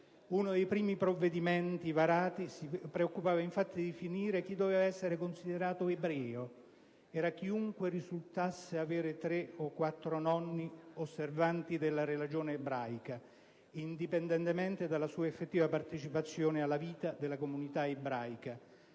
Uno dei primi provvedimenti varati si preoccupava infatti di definire chi doveva essere considerato ebreo: era chiunque risultasse avere tre o quattro nonni osservanti della religione ebraica, indipendentemente dalla sua effettiva partecipazione alla vita dalla comunità ebraica.